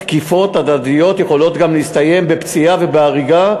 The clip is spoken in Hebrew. תקיפות הדדיות יכולות גם להסתיים בפציעה ובהריגה,